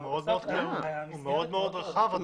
הוא מאוד מאוד רחב.